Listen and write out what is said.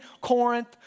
Corinth